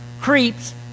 creeps